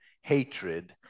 hatred